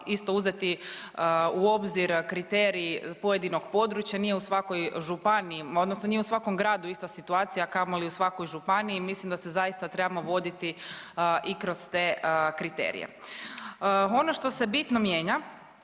isto uzeti u obzir kriterij pojedinog područja. Nije u svakoj županiji, odnosno nije u svakom gradu ista situacija kamoli u svakoj županiji. Mislim da se zaista trebamo voditi i kroz te kriterije. Ono što se bitno mijenja